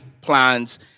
plans